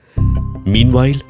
Meanwhile